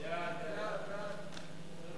ההצעה להעביר את הנושא לוועדת הכספים נתקבלה.